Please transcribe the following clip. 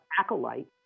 acolyte